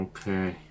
Okay